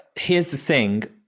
here's the thing.